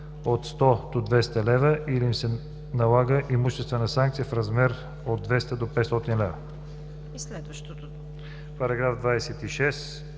от 100 до 200 лв. или им се налага имуществена санкция в размер от 200 до 500 лв.“ По § 26